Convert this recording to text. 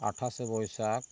ᱟᱴᱷᱟᱥᱮ ᱵᱟᱹᱭᱥᱟᱹᱠ